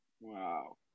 Wow